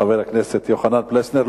חבר הכנסת יוחנן פלסנר,